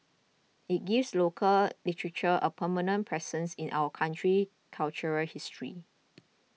it gives local literature a permanent presence in our country cultural history